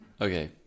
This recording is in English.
okay